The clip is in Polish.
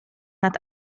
nad